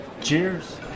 cheers